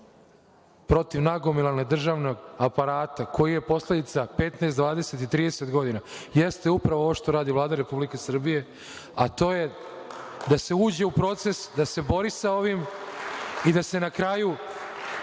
protiv nagomilanog državnog aparata, koji je posledica 15, 20 i 30 godina, jeste upravo ovo što radi Vlada Republike Srbije, a to je da se uđe u proces, da se bori sa ovim i da se na kraju